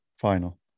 final